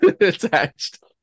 attached